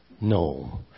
No